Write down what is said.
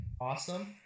awesome